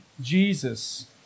Jesus